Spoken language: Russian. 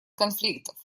конфликтов